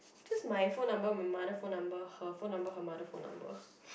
just my phone number my mother phone number her phone number her mother phone number